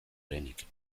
lehenik